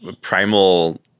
primal